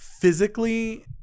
physically